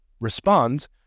respond